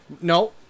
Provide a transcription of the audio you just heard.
No